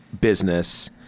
business